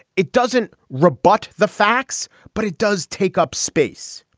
it doesn't rebut the facts. but it does take up space.